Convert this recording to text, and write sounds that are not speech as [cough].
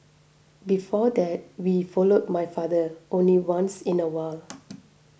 before that we followed my father only once in a while [noise]